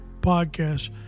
podcast